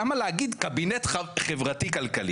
למה להגיד קבינט חברתי-כלכלי?